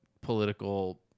political